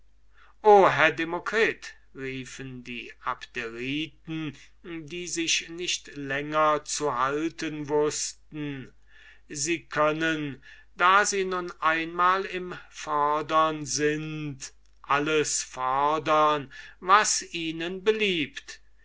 herr demokritus riefen die abderiten die sich nicht länger zu halten wußten sie können da sie nun einmal im fodern sind alles fodern was ihnen beliebt